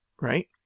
right